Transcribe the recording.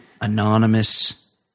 Anonymous